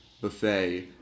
buffet